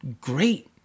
great